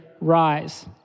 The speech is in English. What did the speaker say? rise